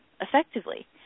effectively